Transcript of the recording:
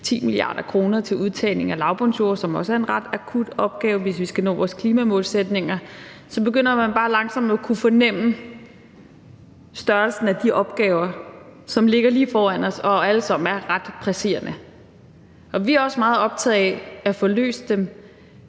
10 mia. kr. til udtagning af lavbundsjord, som også er en ret akut opgave. Og hvis vi skal nå vores klimamålsætninger, begynder man bare langsomt at kunne fornemme størrelsen af de opgaver, som ligger lige foran os og alle sammen er ret presserende. Og vi er også meget optaget af at få løst dem,